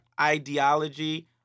ideology